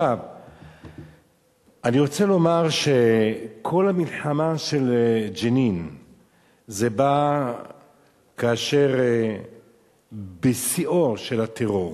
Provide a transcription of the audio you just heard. אני רוצה לומר שכל המלחמה של ג'נין באה כאשר בשיאו של הטרור,